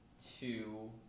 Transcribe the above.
two